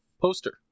poster